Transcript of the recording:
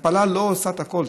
התפלה לא עושה את הכול,